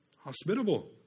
hospitable